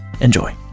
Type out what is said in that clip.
Enjoy